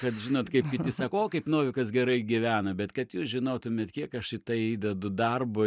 kad žinot kaip sako o kaip novikas gerai gyvena bet kad jūs žinotumėt kiek aš į tai įdedu darbo